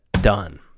done